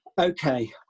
Okay